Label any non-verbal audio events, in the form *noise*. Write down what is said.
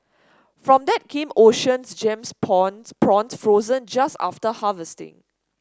from that came Oceans Gems *unintelligible* prawns frozen just after harvesting